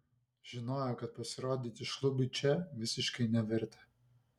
žinojo kad pasirodyti šlubiui čia visiškai neverta